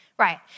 right